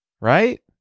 Right